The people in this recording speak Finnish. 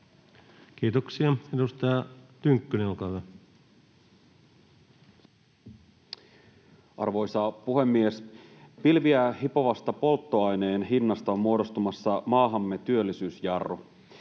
Kiitoksia. — Edustaja Tynkkynen, olkaa hyvä. Arvoisa puhemies! Pilviä hipovasta polttoaineen hinnasta on muodostumassa maahamme työllisyysjarru.